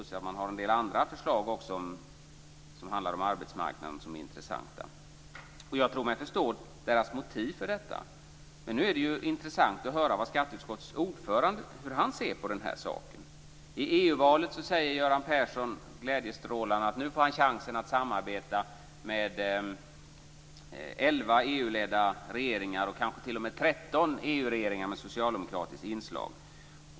Dessutom har man en del andra intressanta förslag om arbetsmarknaden. Jag tror mig förstå deras motiv. Hur ser skatteutskottets ordförande på det? I EU valet sade Göran Persson glädjestrålande att han nu skulle få chansen att samarbeta med elva s-ledda regeringar, kanske t.o.m. 13 regeringar i EU med socialdemokratiskt inslag.